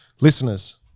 listeners